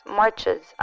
marches